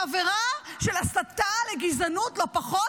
בעבירה של הסתה לגזענות, לא פחות.